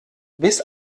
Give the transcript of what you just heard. bis